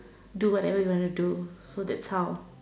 do whatever you want to do so that's how